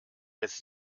jetzt